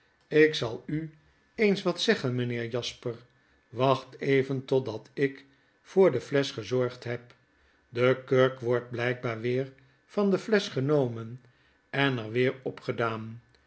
ik zal u eens wat zeggen meneer jasper wacht even totdat ik voor de flesch gezorgd heb de kurk wordt blijkbaar weer van de flesch genomen en er weer op